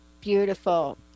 Beautiful